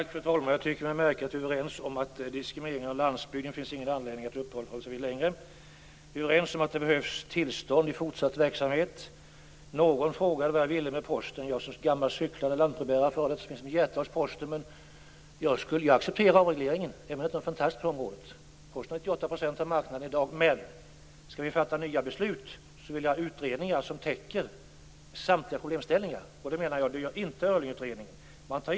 Fru talman! Jag tycker att vi verkar vara överens om att det inte finns någon anledning att uppehålla oss längre vid diskrimineringen av landsbygden. Vi är överens om att det behövs tillstånd i fortsatt verksamhet. Någon frågade vad jag ville med Posten. Som gammal cyklande lantbrevbärare skulle jag acceptera avregleringen, även om jag inte är någon fantast på området. Posten har 98 % av marknaden i dag. Men om vi skall fatta nya beslut vill jag att utredningen täcker samtliga problemställningar. Det menar jag att Öhrlingutredningen inte gör.